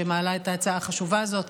שמעלה את ההצעה החשובה הזאת,